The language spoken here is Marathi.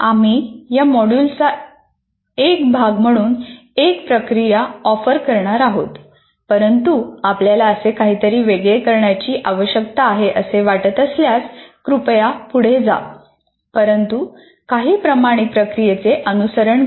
आम्ही या मॉड्यूलचा एक भाग म्हणून एक प्रक्रिया ऑफर करणार आहोत परंतु आपल्याला असे काहीतरी वेगळे करण्याची आवश्यकता आहे असे वाटत असल्यास कृपया पुढे जा परंतु काही प्रमाणित प्रक्रियेचे अनुसरण करा